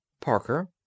Parker